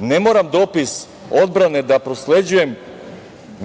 Ne moram dopis odbrane da prosleđujem